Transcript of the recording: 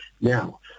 Now